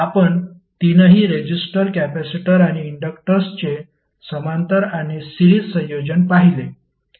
आपण तीनही resistor capacitor आणि इंडक्टर्सचे समांतर आणि सिरीज संयोजन पाहिले